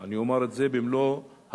אני אומר את זה במלוא האחריות,